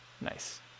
nice